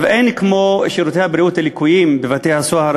אין כמו שירותי הבריאות הלקויים בבתי-הסוהר